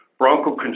bronchoconstriction